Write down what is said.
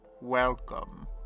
Welcome